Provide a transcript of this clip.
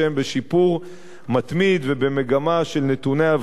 בשיפור מתמיד ובמגמה של נתוני אבטלה